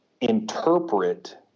interpret